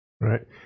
right